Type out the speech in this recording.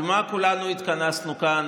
על מה כולנו התכנסנו כאן,